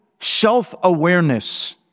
self-awareness